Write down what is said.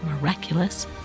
miraculous